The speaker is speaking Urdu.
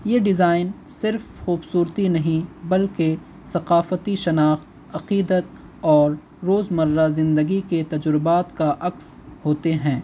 یہ ڈیزائن صرف خوبصورتی نہیں بلکہ ثقافتی شناخت عقیدت اور روز مرہ زندگی کے تجربات کا عکس ہوتے ہیں